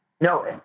No